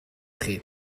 chi